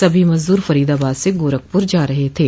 सभी मजदूर फरीदाबाद से गोरखपूर जा रहे थे